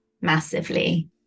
massively